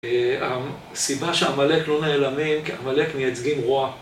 הסיבה שעמלק לא נעלמים כי עמלק מייצגים רוע